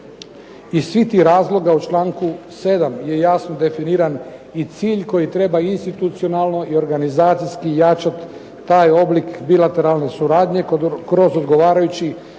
Iz svih tih razloga u čl 7. je jasno definiran i cilj koji treba institucionalno i organizacijski jačat taj oblik bilateralne suradnje kroz odgovarajući